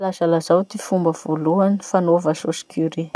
Lazalazao ty fomba voalohany fanova sôsy curry.